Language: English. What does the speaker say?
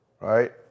right